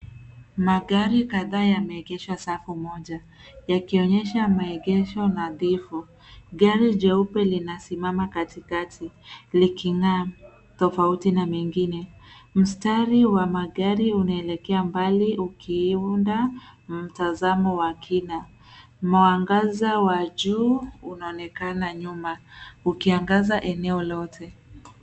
Magari kadhaa yameegeshwa safu moja, yakionyesha maegesho nadhifu. Gari jeupe linasimama katikati, liking'aa tofauti na mengine. Mstari wa magari unaelekea mbali ukiiunda mtazamo wa kina. Mwangaza wa juu unaonekana nyuma, ukiangaza eneo lote.